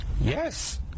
Yes